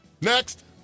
Next